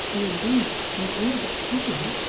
though indeed they grow but poorly